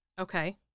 Okay